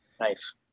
Nice